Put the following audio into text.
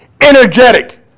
energetic